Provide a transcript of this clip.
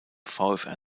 vfr